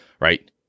right